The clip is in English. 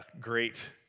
Great